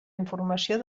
informació